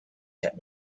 kept